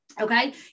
Okay